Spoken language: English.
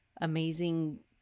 amazing